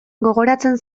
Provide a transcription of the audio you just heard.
gogoratzen